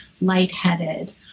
lightheaded